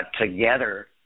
together